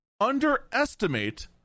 underestimate